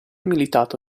militato